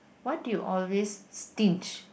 what you always stinge